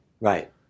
Right